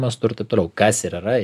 mastu ir taip toliau kas ir yra